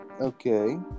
Okay